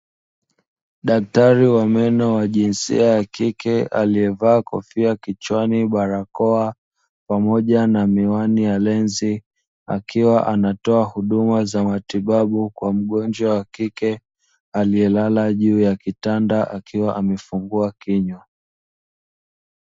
Daktari wa meno wa jinsia ya kike aliyevaa kofia kichwani, barakoa pamoja na miwani ya lenzi, akiwa anatoa huduma za matibabu kwa mgonjwa wa kike aliyelala juu ya kitanda akiwa amefungua kinywa.